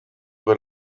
per